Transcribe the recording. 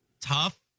tough